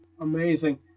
amazing